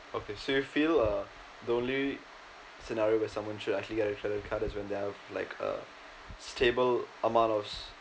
okay so you feel uh the only scenario with someone should actually get a credit card is when they have like a stable amount of